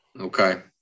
Okay